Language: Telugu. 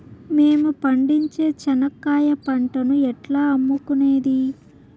మేము పండించే చెనక్కాయ పంటను ఎట్లా అమ్ముకునేది?